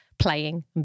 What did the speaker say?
Playing